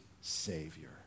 savior